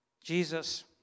Jesus